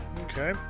okay